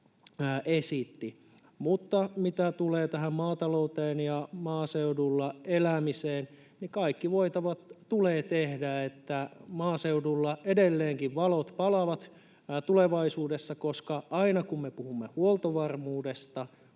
esitti. Mutta mitä tulee maatalouteen ja maaseudulla elämiseen, niin kaikki voitava tulee tehdä, että maaseudulla edelleenkin valot palavat tulevaisuudessa, koska aina, kun me puhumme huoltovarmuudesta,